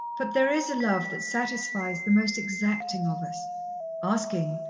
but there is a love that satisfies the most exacting of us asking,